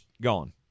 gone